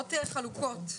הדעות חלוקות,